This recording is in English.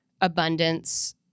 abundance